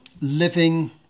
living